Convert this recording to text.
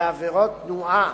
בעבירות תנועה